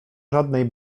żadnej